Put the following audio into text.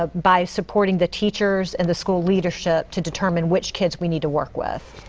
ah by supporting the teachers and the school leadership to determine which kids we need to work with.